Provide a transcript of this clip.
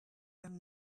young